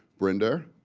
brenda,